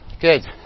Good